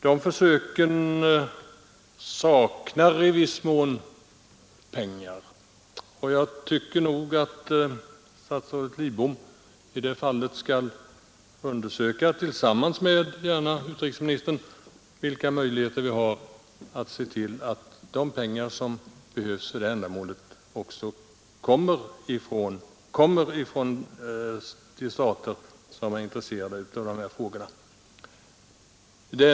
Dessa försök saknar i viss mån pengar, och jag tycker nog att statsrådet Lidbom gärna tillsammans med utrikesministern skall undersöka vilka möjligheter vi har att se till att erforderliga pengar för detta ändamål också kommer från de stater som är intresserade av dessa frågor.